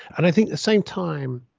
and i think the same time,